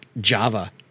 Java